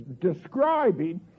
describing